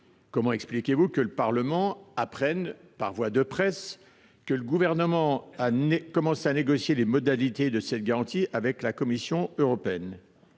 Comment expliquez vous ensuite que le Parlement ait appris par voie de presse que le Gouvernement a commencé à négocier les modalités de cette garantie avec la Commission européenne ?